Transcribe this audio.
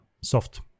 soft